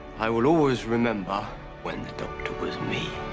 i will always remember when the doctor was me.